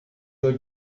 your